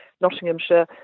Nottinghamshire